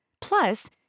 Plus